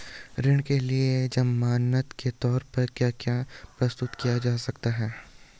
ऋण के लिए ज़मानात के तोर पर क्या क्या प्रस्तुत किया जा सकता है?